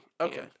Okay